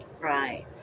Right